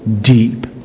deep